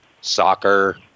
soccer